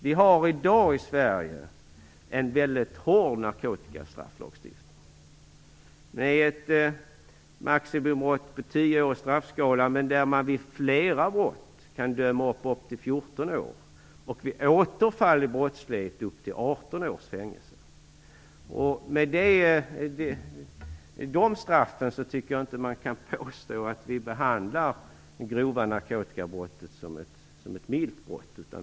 Vi har i dag i Sverige en mycket hård narkotikastrafflagstiftning med ett maximibrott på 10 år i straffskalan och med en möjlighet att vid flera brott döma till upp till 14 och vid återfall i brottslighet upp till 18 års fängelse. Med de straffen tycker jag inte att man kan påstå att vi behandlar grovt narkotikabrott som ett milt brott.